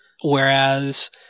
whereas